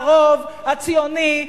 הרוב הציוני,